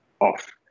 off